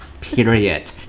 Period